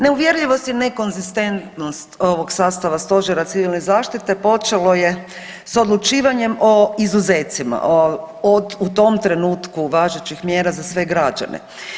Neuvjerljivost i nekonzistentnost ovog sastava Stožera civilne zaštite počelo je s odlučivanjem o izuzecima, o, u tom trenutku važećih mjera za sve građane.